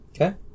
Okay